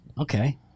Okay